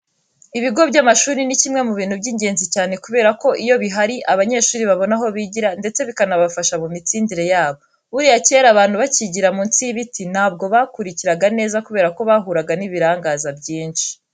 Ibigo by'amashuri ni kimwe mu bintu by'ingenzi cyane kubera ko iyo bihari abanyeshuri babona aho bigira ndetse bikanabafasha mu mitsindire yabo. Buriya kera abantu bacyigira munsi y'ibiti ntabwo bakurikiraga neza kubera ko bahuraga n'ibirangaza byinshi.